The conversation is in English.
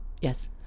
Yes